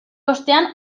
ostean